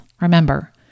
Remember